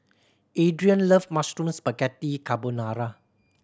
Adriene love Mushroom Spaghetti Carbonara